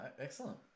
Excellent